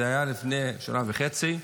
זה היה לפני שנה וחצי.